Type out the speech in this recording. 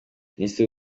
minisitiri